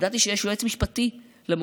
ידעתי שיש יועץ משפטי למועצה,